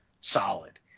solid